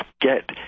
Get